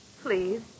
Please